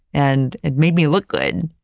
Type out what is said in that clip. and and made me look good,